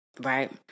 right